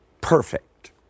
perfect